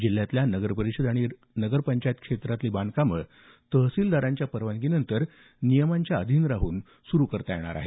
जिल्ह्यातल्या नगरपरिषद आणि नगरपंचायत क्षेत्रातली बांधकामं तहसीलदारांच्या परवानगीनंतर नियमांच्या अधीन राहून सुरू करता येणार आहेत